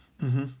mmhmm